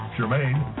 Jermaine